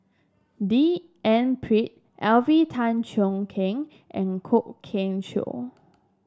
D N Pritt Alvin Tan Cheong Kheng and Kwok Kian Chow